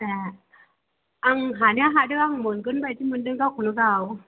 ए आं हानाया हादों आं मोनगोन बायदि मोनदों गावखौनो गाव